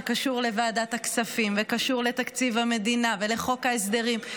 שקשור לוועדת הכספים וקשור לתקציב המדינה ולחוק ההסדרים,